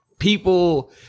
people